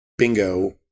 bingo